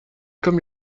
comme